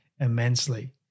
immensely